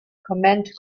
command